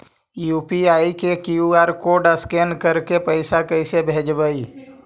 UPI के QR code scan करके पैसा कैसे भेजबइ?